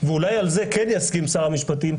ואולי על זה כן יסכים שר המשפטים,